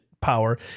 power